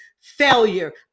failure